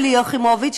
שלי יחימוביץ,